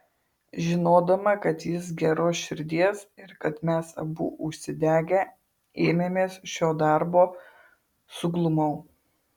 žinodama kad jis geros širdies ir kad mes abu užsidegę ėmėmės šio darbo suglumau